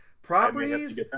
properties